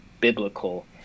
biblical